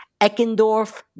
Eckendorf